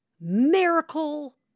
miracle